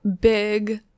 big